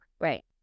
Right